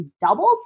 doubled